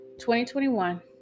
2021